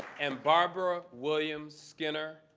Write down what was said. and barbara williams-skinner,